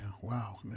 Wow